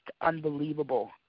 unbelievable